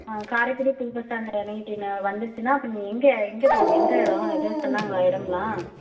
ஆ காரைக்குடி புது பஸ் ஸ்டாண்டில் இறங்கிட்டீன்னா வந்துருச்சுன்னா அப்போ நீ எங்கே எங்கே போவனும் எந்த இடம் ஏதாவது சொன்னாங்களா இடம்லாம்